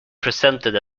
presented